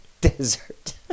desert